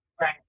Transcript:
Right